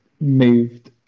moved